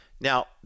Now